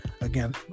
again